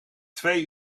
twee